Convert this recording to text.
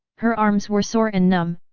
her arms were sore and numb,